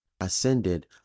ascended